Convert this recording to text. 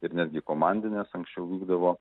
ir netgi komandinės anksčiau vykdavo